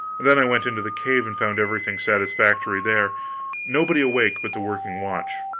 then i went into the cave, and found everything satisfactory there nobody awake but the working-watch.